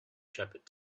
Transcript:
shepherd